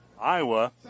Iowa